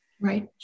Right